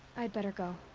i'd better go.